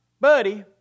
buddy